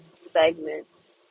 segments